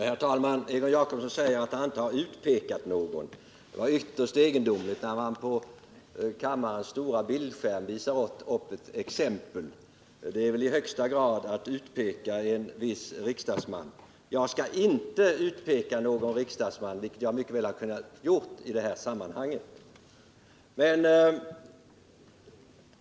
Herr talman! Egon Jacobsson sade att han inte har utpekat någon. Det är ett ytterst egendomligt påstående, eftersom han på kammarens stora bildskärm visade ett exempel. Det är väl i högsta grad att utpeka en viss riksdagsman. Jag skall inte utpeka någon riksdagsman, vilket jag mycket väl skulle kunna göra i detta sammanhang.